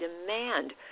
demand